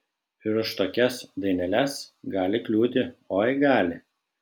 ir už tokias daineles gali kliūti oi gali